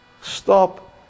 stop